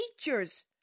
teachers